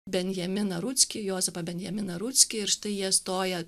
benjaminą rutskį juozapą benjaminą rutskį ir štai jie stoja